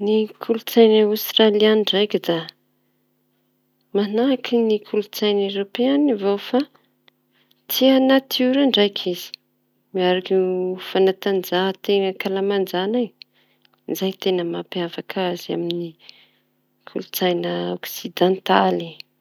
Ny kolon-tsaina aostraliana ndraiky da manahaky kolon-tsaina eropeana avao fa tia natiora ndraiky iz miaro fanatahanja-teña ankalamanjana zay teña mampiavaky azy amy kolon-tsaina ôksidantaly.